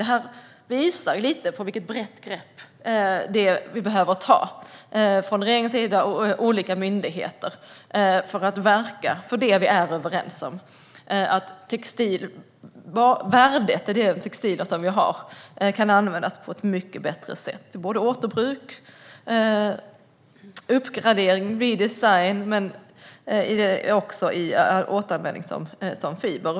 Detta visar vilket brett grepp vi från regeringens och olika myndigheters sida behöver ta för att verka för det vi är överens om: att värdet i de textilier vi har kan användas på ett mycket bättre sätt - genom återbruk och uppgradering vid design men också genom återanvändning av fibrer.